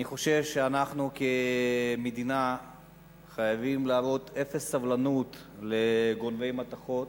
אני חושב שאנחנו כמדינה חייבים להראות אפס סובלנות לגונבי מתכות,